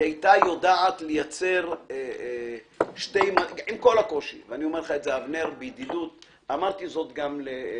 היא היתה יודעת - עם כל הקושי אני אומר זאת לך,